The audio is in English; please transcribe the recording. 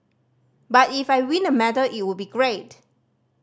but if I win a medal it would be great